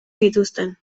zituzten